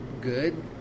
good